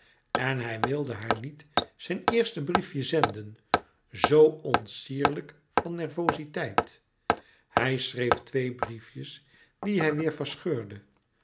en hij wilde haar niet zijn eerste briefje zenden zoo onsierlijk van nervoziteit hij schreef twee briefjes die hij weêr verscheurde